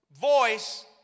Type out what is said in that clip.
voice